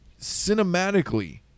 cinematically